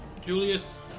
Julius